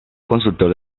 consultor